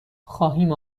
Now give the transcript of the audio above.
خواهیم